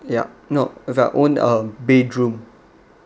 yup nope if I own a bedroom